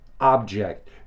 object